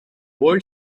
world